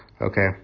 okay